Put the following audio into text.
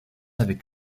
avec